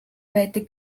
байдаг